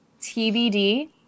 tbd